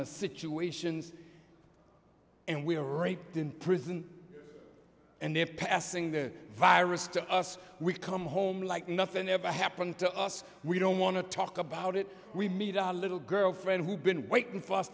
of situations and we are raped in prison and they're passing the virus to us we come home like nothing ever happened to us we don't want to talk about it we meet our little girl friend who been waiting for us